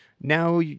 now